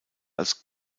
als